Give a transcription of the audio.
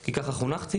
כי ככה חונכתי.